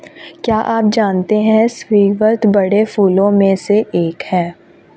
क्या आप जानते है स्रीवत बड़े फूलों में से एक है